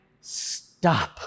stop